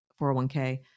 401k